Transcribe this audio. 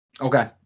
Okay